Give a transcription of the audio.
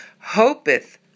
hopeth